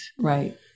Right